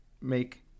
make